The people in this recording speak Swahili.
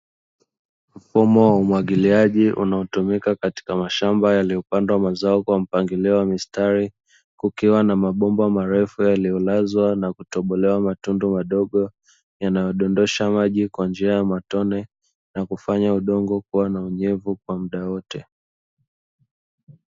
Mfumo wa umwagiliaji unaotumika katika mashamba yaliyopandwa mazao kwa mpangilio wa mistari, kukiwa na mabomba marefu yaliyolazwa na kutobolewa matundu madogo yanayodondosha maji kwa njia ya matone na kufanya udongo kuwa na unyevu kwa muda wote.